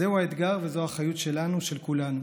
זהו האתגר וזו האחריות שלנו, של כולנו.